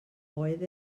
oedd